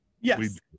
yes